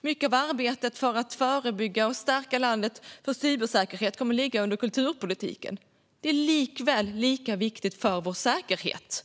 Mycket av arbetet för att förebygga och stärka landet i fråga om cybersäkerhet kommer att ligga under kulturpolitiken. Det är lika viktigt för vår säkerhet.